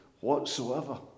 whatsoever